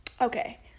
Okay